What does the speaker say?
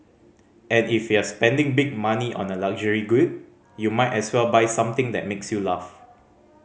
and if you're spending big money on a luxury good you might as well buy something that makes you laugh